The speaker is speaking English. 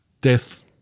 death